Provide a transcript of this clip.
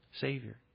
Savior